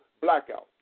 blackout